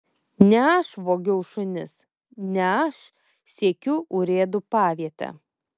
ne aš vogiau šunis ne aš siekiu urėdų paviete